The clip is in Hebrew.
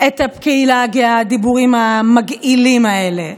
את הקהילה הגאה, הדיבורים המגעילים האלה.